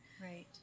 Right